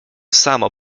samo